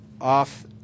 off